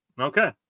Okay